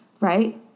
right